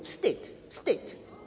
Wstyd. Wstyd.